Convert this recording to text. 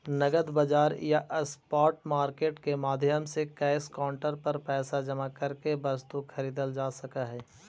नगद बाजार या स्पॉट मार्केट के माध्यम से कैश काउंटर पर पैसा जमा करके वस्तु खरीदल जा सकऽ हइ